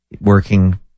Working